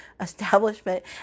establishment